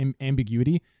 ambiguity